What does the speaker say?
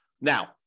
Now